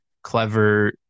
clever